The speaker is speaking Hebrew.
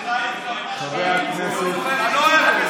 אתה לא אפס,